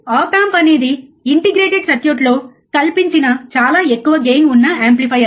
ఆప్ amp అనేది integrated సర్క్యూట్లో కల్పించిన చాలా ఎక్కువ గెయిన్ ఉన్న యాంప్లిఫైయర్